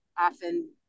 often